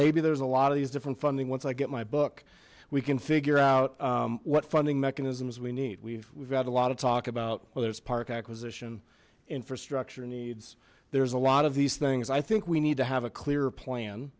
maybe there's a lot of these different funding once i get my book we can figure out what funding mechanisms we need we've we've had a lot of talk about whether it's park acquisition infrastructure needs there's a lot of these things i think we need to have a clear plan